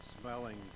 smelling